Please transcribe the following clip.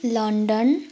London